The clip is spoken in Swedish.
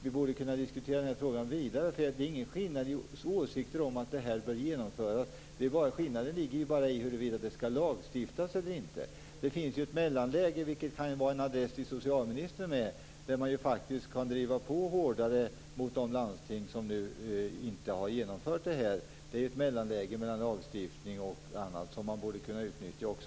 Vi borde kunna diskutera frågan vidare. Det råder ingen skillnad i åsikterna om att detta bör genomföras. Skillnaden ligger i huruvida det skall lagstiftas eller inte. Det finns ett mellanläge, vilket kan vara en adress till socialministern. Det går att driva på hårdare mot de landsting som inte har genomfört detta. Det finns ett mellanläge som borde kunna utnyttjas.